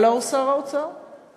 הלוא הוא שר האוצר ומפלגתו,